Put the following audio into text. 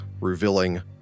revealing